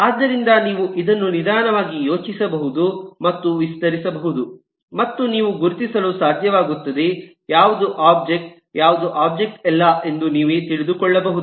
ಆದ್ದರಿಂದ ನೀವು ಇದನ್ನು ನಿಧಾನವಾಗಿ ಯೋಚಿಸಬಹುದು ಮತ್ತು ವಿಸ್ತರಿಸಬಹುದು ಮತ್ತು ನೀವು ಗುರುತಿಸಲು ಸಾಧ್ಯವಾಗುತ್ತದೆ ಯಾವುದು ಒಬ್ಜೆಕ್ಟ್ ಮತ್ತು ಯಾವುದು ಒಬ್ಜೆಕ್ಟ್ ಅಲ್ಲ ಎಂದು ನಿಮಗೆ ನೀವೇ ತಿಳಿದು ಕೊಳ್ಳಬಹುದು